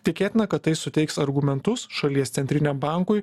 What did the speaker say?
tikėtina kad tai suteiks argumentus šalies centriniam bankui